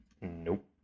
Nope